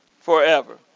forever